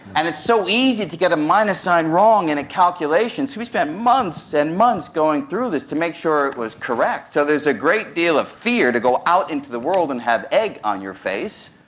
and it's so easy to get a minus sign wrong in a calculation. we spent months and months going through this to make sure it was correct. so there's a great deal of fear to go out into the world and have egg on your face.